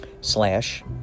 slash